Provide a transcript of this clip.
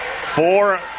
Four